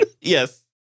Yes